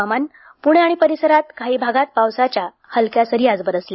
हवामान पुणे आणि परिसरांत काही भागांत पावसाच्या हलक्या सरी बरसल्या